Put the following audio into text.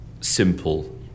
simple